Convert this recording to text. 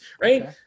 right